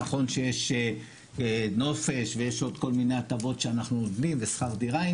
נכון שיש נופש ויש עוד כל מיני הטבות שאנחנו נותנים ושכר דירה,